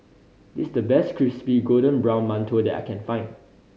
this the best crispy golden brown mantou that I can find